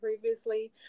previously